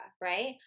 right